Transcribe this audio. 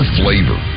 flavor